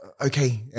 okay